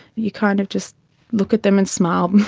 you kind of just look at them and smile,